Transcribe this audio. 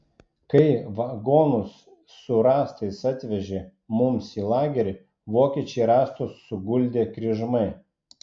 kai vagonus su rąstais atvežė mums į lagerį vokiečiai rąstus suguldė kryžmai